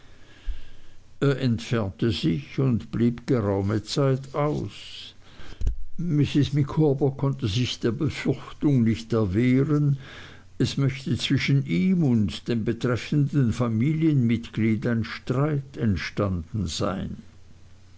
entfernte sich und blieb geraume zeit aus mrs micawber konnte sich der befürchtung nicht erwehren es möchte zwischen ihm und dem betreffenden familienmitglied ein streit entstanden sein